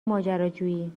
ماجراجویی